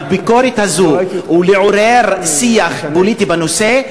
שלצה"ל "יד קלה על ההדק",